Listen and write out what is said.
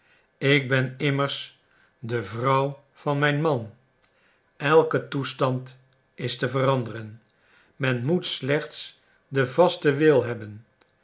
ik ben immers de vrouw van mijn man elke toestand is te veranderen men moet slechts den vasten wil hebben